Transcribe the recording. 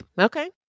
Okay